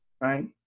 right